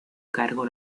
cargo